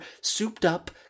souped-up